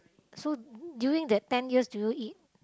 so during that ten years do you eat